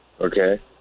Okay